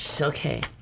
Okay